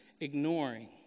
ignoring